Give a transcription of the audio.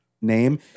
name